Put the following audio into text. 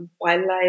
wildlife